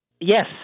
Yes